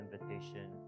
invitation